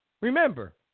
Remember